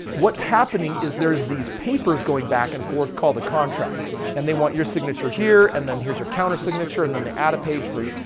what's happening is there is these papers going back and forth call the contract. and they want your signature here and then here's your counter signature and then they add a page for you.